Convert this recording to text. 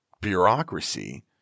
bureaucracy